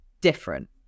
different